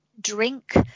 drink